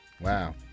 Wow